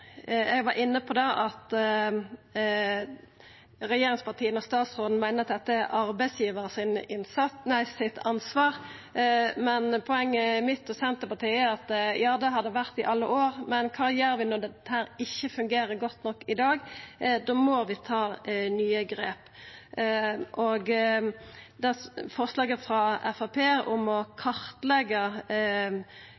Regjeringspartia og statsråden meiner at dette er arbeidsgivaren sitt ansvar. Mitt og Senterpartiets poeng er at det har det vore i alle år, men kva gjer vi når dette i dag ikkje fungerer godt nok? Da må vi ta nye grep. Forslaget frå Framstegspartiet om å